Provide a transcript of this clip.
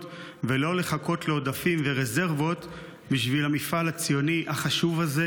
ולא לחכות לעודפים ורזרבות בשביל המפעל הציוני החשוב הזה,